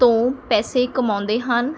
ਤੋਂ ਪੈਸੇ ਕਮਾਉਂਦੇ ਹਨ